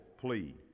plea